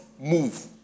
move